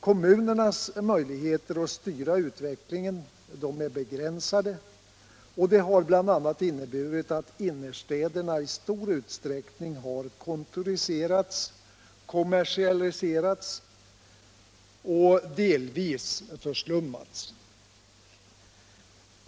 Kommunernas möjligheter att styra utvecklingen är begränsade, och det har bl.a. inneburit att innerstäderna i stor utsträckning har kontoriserats, kommersialiserats och delvis förslummats.